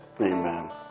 Amen